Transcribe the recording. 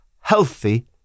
healthy